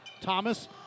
thomas